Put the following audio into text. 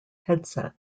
headset